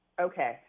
okay